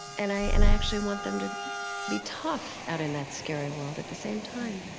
and i and i actually want them to be tough out in that scary world at the same time.